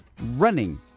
Running